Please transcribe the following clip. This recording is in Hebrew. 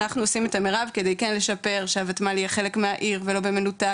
אנחנו עושים את המירב כדי כן לשפר שהוותמ"ל יהיה חלק מהעיר ולא במנותק,